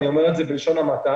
אני אומר את זה בלשון המעטה.